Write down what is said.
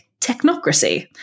technocracy